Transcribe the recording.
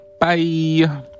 Bye